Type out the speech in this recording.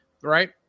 right